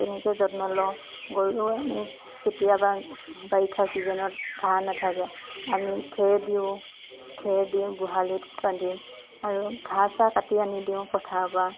তেনেকৈ যত্ন লওঁ গৰুক আমি কেতিয়াবা বাৰিষা ছিজনত ঘাঁহ নাথাকে আমি খেৰ দিওঁ খেৰ দিও গোহালিত বান্ধি আৰু ঘাঁহ চাহ কাটি আনি দিওঁ পথাৰৰপৰা